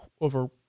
over